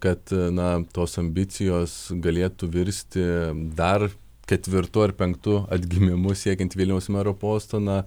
kad na tos ambicijos galėtų virsti dar ketvirtu ar penktu atgimimu siekiant vilniaus mero posto na